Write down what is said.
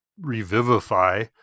revivify